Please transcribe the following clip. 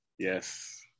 yes